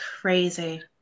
crazy